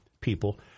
people